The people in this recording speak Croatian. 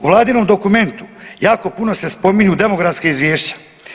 U Vladinom dokumentu jako puno se spominju demografska izvješća.